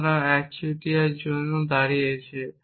সুতরাং এটি একচেটিয়া জন্য দাঁড়িয়েছে